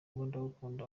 ndagukunda